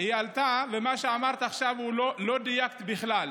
היא עלתה, ובמה שאמרת עכשיו לא דייקת בכלל.